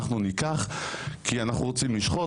אנחנו ניקח כי אנחנו רוצים לשחוט.